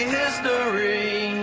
history